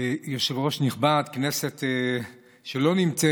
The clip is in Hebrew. יושב-ראש נכבד, כנסת, שלא נמצאת,